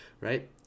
right